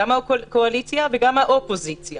גם הקואליציה וגם האופוזיציה